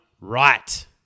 right